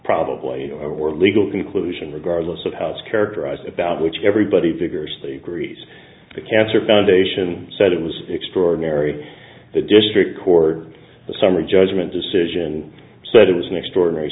probably or legal conclusion regardless of how it's characterized about which everybody vigorously agrees the cancer foundation said it was extraordinary the district court the summary judgment decision said it was an extraordinary